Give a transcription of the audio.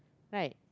right